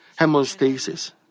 hemostasis